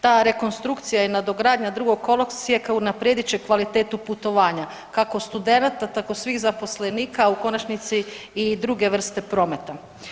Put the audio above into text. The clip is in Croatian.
Ta rekonstrukcija i nadogradnja drugog kolosijeka unaprijed će kvalitetu putovanja kako studenata tako i svih zaposlenika, a u konačnici i druge vrste prometa.